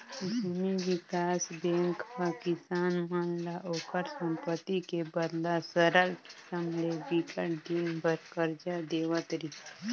भूमि बिकास बेंक ह किसान मन ल ओखर संपत्ति के बदला सरल किसम ले बिकट दिन बर करजा देवत रिहिस